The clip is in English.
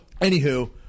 anywho